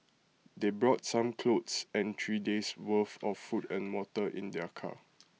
they brought some clothes and three days' worth of food and water in their car